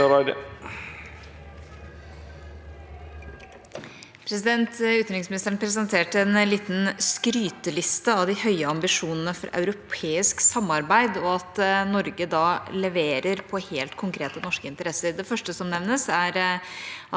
Utenriks- ministeren presenterte en liten skryteliste over de høye ambisjonene for europeisk samarbeid og at Norge leverer på helt konkrete norske interesser.